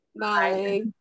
bye